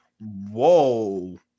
whoa